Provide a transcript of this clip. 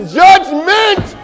judgment